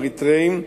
אריתריאים,